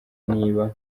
niba